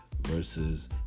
Versus